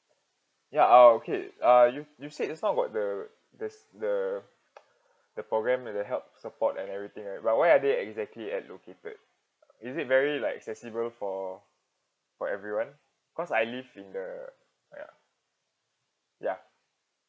ya uh okay uh you you said just now about the the the the program the help support and everything right but where are they exactly at located is it very like accessible for for everyone cause I live in the ya ya